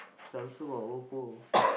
Samsung or Oppo